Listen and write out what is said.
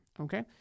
okay